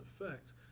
effect